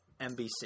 NBC